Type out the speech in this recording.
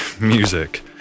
music